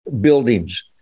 buildings